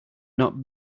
not